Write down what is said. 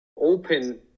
open